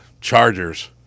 Chargers